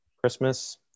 Christmas